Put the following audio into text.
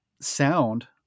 sound